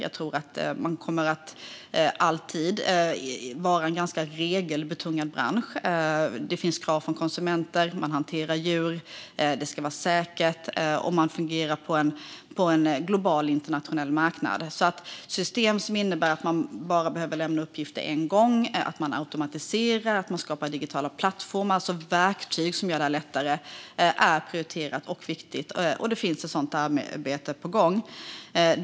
Jag tror att det alltid kommer att vara en ganska regeltyngd bransch. Det finns krav från konsumenter, man hanterar djur, det ska vara säkert och man fungerar på en global marknad. System som innebär att man bara behöver lämna uppgifter en gång och att det automatiseras och skapas digitala plattformar - alltså verktyg som gör det lättare - är prioriterade och viktiga, och ett sådant arbete är på gång.